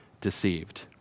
Deceived